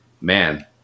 man